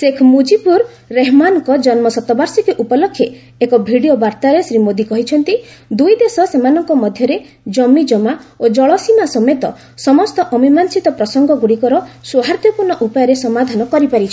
ଶେଖ୍ ମୁଜିବୁର୍ ରେହେମାନ୍ଙ୍କ ଜନ୍ମ ଶତବାର୍ଷିକୀ ଉପଲକ୍ଷେ ଏକ ଭିଡ଼ିଓ ବାର୍ତ୍ତାରେ ଶ୍ରୀ ମୋଦି କହିଛନ୍ତି ଦୁଇ ଦେଶ ସେମାନଙ୍କ ମଧ୍ୟରେ କମିକ୍ଷମା ଓ ଜଳସୀମା ସମେତ ସମସ୍ତ ଅମୀମାଂସିତ ପ୍ରସଙ୍ଗଗୁଡ଼ିକର ସୌହାର୍ଦ୍ଦ୍ୟପୂର୍ଣ୍ଣ ଉପାୟରେ ସମାଧାନ କରିପାରିଛନ୍ତି